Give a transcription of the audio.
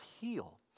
heal